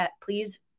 please